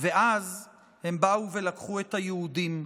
ואז הם באו ולקחו את היהודים,